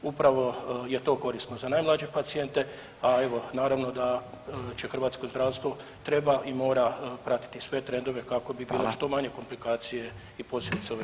Upravo je to korisno za najmlađe pacijente, a evo, naravno da će hrvatsko zdravstvo, treba i mora pratiti sve trendove kako bi bilo [[Upadica: Hvala.]] što manje komplikacije i posljedice ove bolesti.